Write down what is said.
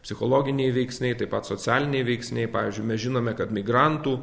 psichologiniai veiksniai taip pat socialiniai veiksniai pavyzdžiui mes žinome kad migrantų